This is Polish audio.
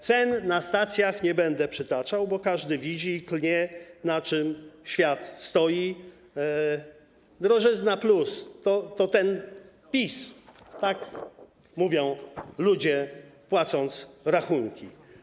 Cen na stacjach nie będę przytaczał, bo każdy je widzi i klnie na czym świat stoi - drożyzna+, to ten PiS, tak mówią ludzie płacąc rachunki.